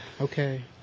Okay